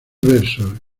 versos